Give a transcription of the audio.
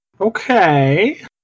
Okay